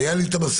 הייתה לי מסכה,